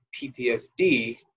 PTSD